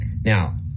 Now